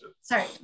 Sorry